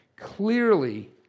Clearly